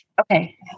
Okay